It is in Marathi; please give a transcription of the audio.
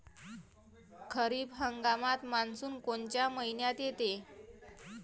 खरीप हंगामात मान्सून कोनच्या मइन्यात येते?